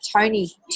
Tony